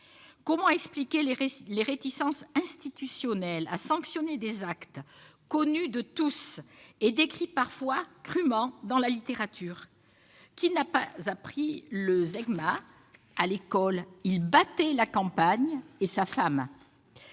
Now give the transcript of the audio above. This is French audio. Comment expliquer les réticences institutionnelles à sanctionner des actes connus de tous et décrits parfois crument dans la littérature ? Qui n'a appris, à l'école, le zeugma :« il battait la campagne et sa femme